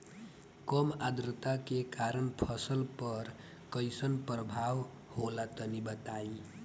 कम आद्रता के कारण फसल पर कैसन प्रभाव होला तनी बताई?